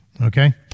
Okay